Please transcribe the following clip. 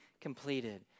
completed